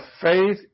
faith